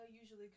usually